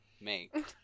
make